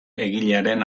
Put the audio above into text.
egilearen